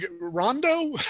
Rondo